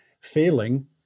failing